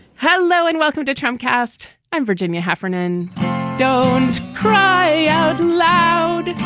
hello and welcome to trump cast. i'm virginia heffernan don't cry out loud.